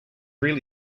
really